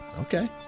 okay